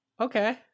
Okay